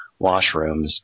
washrooms